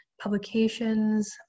publications